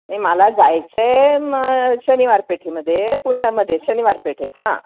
नाही मला जायचं आहे म शनिवारपेठेमध्ये पुण्यामध्ये शनिवार पेठेत हां